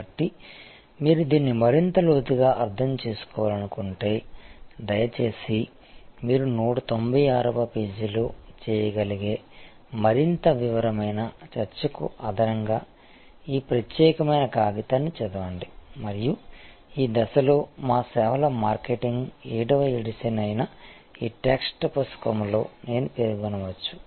కాబట్టి మీరు దీన్ని మరింత లోతుగా అర్థం చేసుకోవాలనుకుంటే దయచేసి మీరు 196 వ పేజీలో చేయగలిగే మరింత వివరమైన చర్చకు అదనంగా ఈ ప్రత్యేకమైన కాగితాన్ని చదవండి మరియు ఈ దశలో మా సేవల మార్కెటింగ్ ఏడవ ఎడిషన్ అయిన ఈ టెక్స్ట్ పుస్తకంలో నేను పేర్కొనవచ్చు